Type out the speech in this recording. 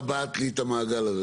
איך את מרבעת לי את המעגל הזה?